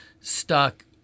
stuck